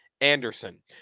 Anderson